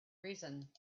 reason